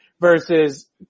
versus